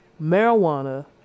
Marijuana